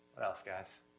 what else, guys?